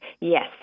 Yes